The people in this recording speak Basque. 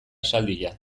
esaldia